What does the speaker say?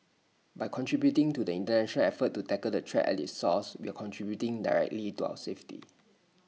by contributing to the International effort to tackle the threat at its source we are contributing directly to our safety